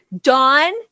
Dawn